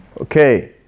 Okay